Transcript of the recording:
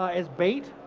ah as bait,